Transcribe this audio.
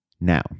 Now